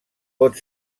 pot